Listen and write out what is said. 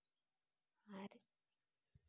ᱟᱨ